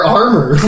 armor